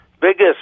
biggest